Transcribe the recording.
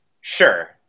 Sure